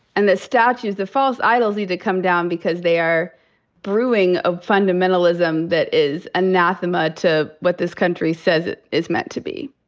and the statues, the false idols need to come down because they are brewing a fundamentalism that is anathema anathema to what this country says it is meant to be.